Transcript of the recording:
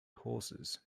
horses